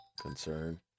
concern